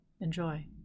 Enjoy